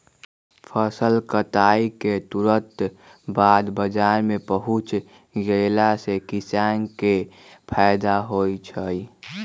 फसल कटाई के तुरत बाद बाजार में पहुच गेला से किसान के फायदा होई छई